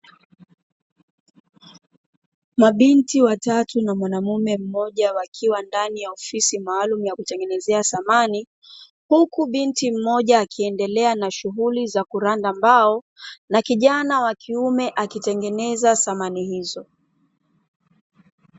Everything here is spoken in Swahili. Mabinti watatu na mwanamume mmoja wakiwa ndani ya ofisi maalumu ya kutengenezea samani, huku binti mmoja akiendelea na shughuli za kuranda mbao na kijana wakiume akitengeneza samani hizo.